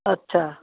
अच्छा